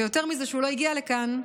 ויותר מזה שהוא לא הגיע לכאן,